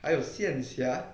还有现侠